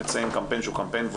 נצא עם קמפיין שהוא וולונטרי,